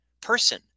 person